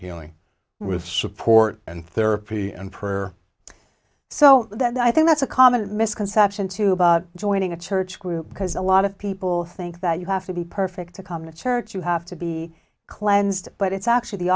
healing with support and therapy and prayer so that i think that's a common misconception too about joining a church group because a lot of people think that you have to be perfect to come the church you have to be cleansed but it's actually the